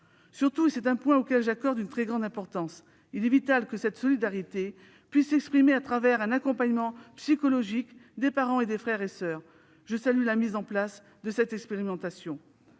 Surtout, c'est un point auquel j'accorde une très grande importance, il est vital que cette solidarité puisse s'exprimer au travers d'un accompagnement psychologique des parents et des frères et soeurs. Je salue la mise en place de cette expérimentation.